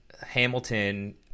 hamilton